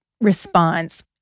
response